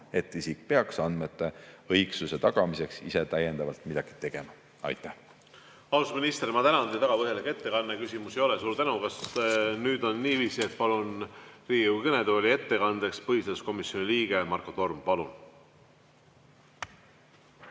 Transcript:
et isik peaks andmete õigsuse tagamiseks ise täiendavalt midagi tegema. Aitäh! Austatud minister, ma tänan teid. Väga põhjalik ettekanne oli. Küsimusi ei ole. Suur tänu! Nüüd on niiviisi, et palun Riigikogu kõnetooli ettekandeks põhiseaduskomisjoni liikme Marko Tormi. Palun!